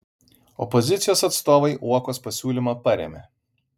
opozicijos atstovai uokos pasiūlymą parėmė